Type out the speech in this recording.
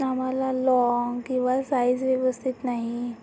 आम्हाला लाँग किवा साईझ व्यवस्थित नाही